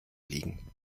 liegen